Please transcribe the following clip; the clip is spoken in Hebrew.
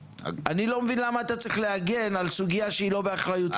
אני לא מבין למה אתה צריך להגן על סוגיה שהיא לא באחריותך.